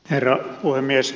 herra puhemies